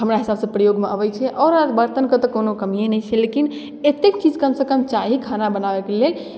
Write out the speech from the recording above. हमरा हिसाबसँ प्रयोगमे अबै छै आओर आओर बर्तनके तऽ कोनो कमिए नहि छै लेकिन एतेक चीज कमसँ कम चाही खाना बनाबैके लेल